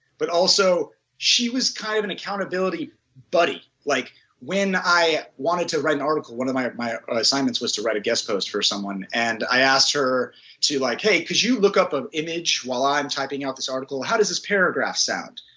but also she was kind of an accountability buddy. like when i wanted to write an article, one of my my assignments was to write a guest post for someone and i asked her to like, hey could you look up an image while i'm typing out this article? how does this paragraph sound?